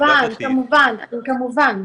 כמובן, כמובן.